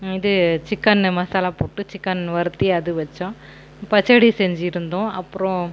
இது சிக்கனு மசாலா போட்டு சிக்கன் வறுத்து அது வச்சோம் பச்சடி செஞ்சுருந்தோம் அப்புறோம்